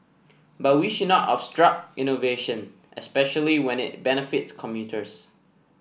but we should not obstruct innovation especially when it benefits commuters